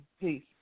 Peace